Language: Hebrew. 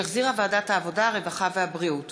שהחזירה ועדת העבודה, הרווחה והבריאות.